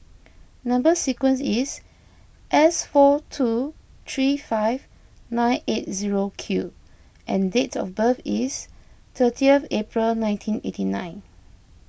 Number Sequence is S four two three five nine eight zero Q and dates of birth is thirtieth April nineteen eighty nine